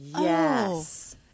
Yes